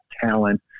talent